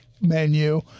menu